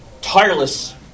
tireless